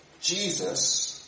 Jesus